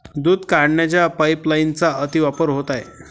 दूध काढण्याच्या पाइपलाइनचा अतिवापर होत आहे